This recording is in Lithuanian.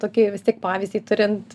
tokį vis tiek pavyzdį turint